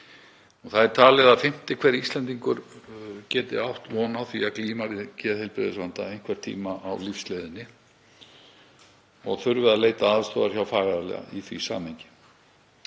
Talið er að fimmti hver Íslendingur geti átt von á því að glíma við geðheilbrigðisvanda einhvern tíma á lífsleiðinni og þurfi að leita aðstoðar hjá fagaðila í því samhengi.